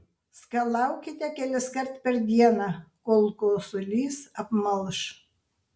skalaukite keliskart per dieną kol kosulys apmalš